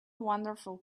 wonderful